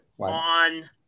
on